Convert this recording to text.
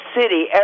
city